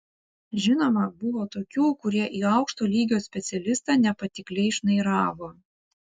žinoma buvo tokių kurie į aukšto lygio specialistą nepatikliai šnairavo